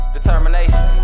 Determination